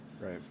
Right